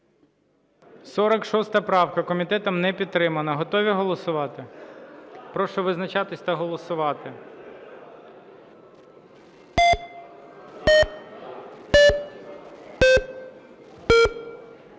46 правка. Комітетом не підтримана. Готові голосувати? Прошу визначатися та голосувати.